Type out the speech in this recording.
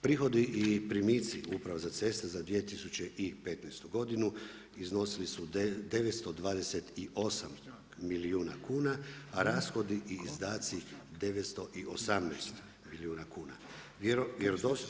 Prihodi i primitci u Upravi za ceste za 2015. godinu iznosili su 928 milijuna kuna, a rashodi i izdatci 918 milijuna kuna.